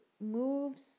moves